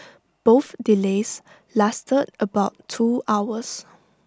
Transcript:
both delays lasted about two hours